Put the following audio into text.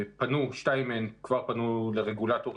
שתיים מהן כבר פנו לרגולטורים